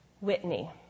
Whitney